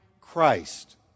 Christ